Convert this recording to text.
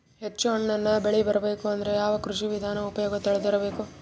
ಹೆಚ್ಚು ಹಣ್ಣನ್ನ ಬೆಳಿ ಬರಬೇಕು ಅಂದ್ರ ಯಾವ ಕೃಷಿ ವಿಧಾನ ಉಪಯೋಗ ತಿಳಿದಿರಬೇಕು?